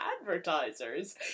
advertisers